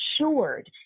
assured